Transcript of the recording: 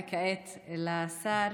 וכעת לשר